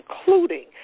including